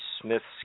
Smith's